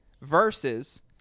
versus